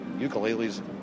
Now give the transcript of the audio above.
ukuleles